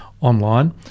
online